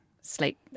sleep